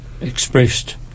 expressed